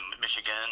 Michigan